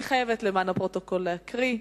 אני חייבת למען הפרוטוקול להקריא.